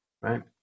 right